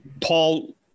Paul